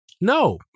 No